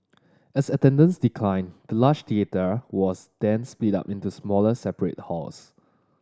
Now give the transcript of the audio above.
as attendance declined the large theatre was then split up into smaller separate halls